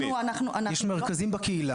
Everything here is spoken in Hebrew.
יש מרכזים בקהילה.